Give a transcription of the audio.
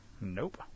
Nope